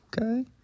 Okay